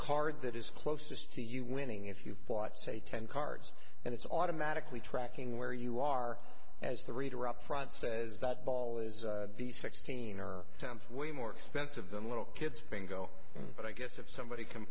card that is closest to you winning if you've bought say ten cards and it's automatically tracking where you are as the reader up front says that ball is sixteen or tenth way more expensive than little kids bingo but i guess if somebody can